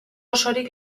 osorik